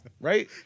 Right